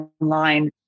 online